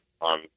on